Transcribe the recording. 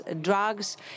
drugs